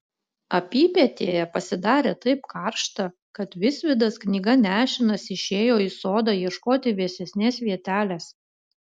apypietėje pasidarė taip karšta kad visvydas knyga nešinas išėjo į sodą ieškoti vėsesnės vietelės